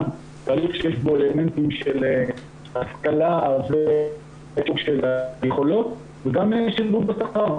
תהליך שיש בו אלמנטים של השכלה ויכולות וגם שדרוג בשכר.